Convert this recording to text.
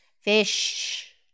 Fish